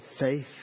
faith